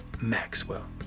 Maxwell